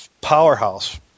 powerhouse